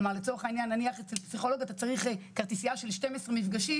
כלומר לצורך העניין נניח אצל פסיכולוג אתה צריך כרטיסיה של 12 מפגשים,